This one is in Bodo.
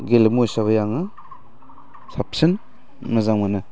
गेलेमु हिसाबै आङो साबसिन मोजां मोनो